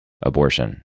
abortion